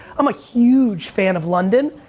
i'm a huge fan of london.